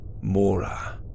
Mora